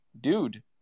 dude